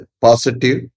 positive